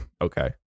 Okay